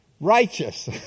righteous